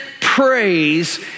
praise